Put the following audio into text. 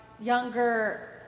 younger